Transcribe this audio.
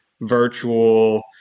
virtual